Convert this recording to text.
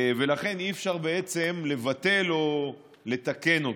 ולכן אי-אפשר בעצם לבטל או לתקן אותו.